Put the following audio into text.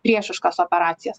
priešiškas operacijas